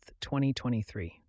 2023